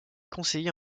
conseiller